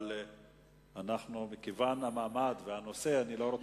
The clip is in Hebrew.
אבל בגלל המעמד והנושא אני לא רוצה להפסיק את הדיון.